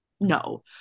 No